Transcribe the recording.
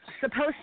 Supposed